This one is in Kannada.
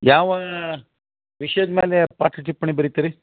ಯಾವ ವಿಷ್ಯದ ಮೇಲೆ ಪಾಠ ಟಿಪ್ಪಣಿ ಬರೆತೀರಿ